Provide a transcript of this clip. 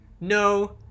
No